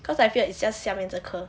cause I feel like it's just 下面这颗